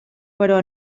però